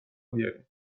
بیارین